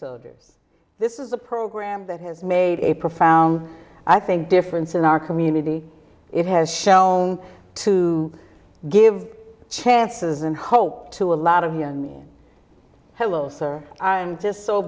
yours this is a program that has made a profound i think difference in our community it has shown to give chances and hope to a lot of young me helos or i'm just so